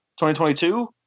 2022